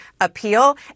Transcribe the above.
appeal